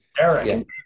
eric